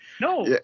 no